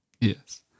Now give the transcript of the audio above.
Yes